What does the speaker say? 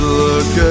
look